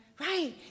Right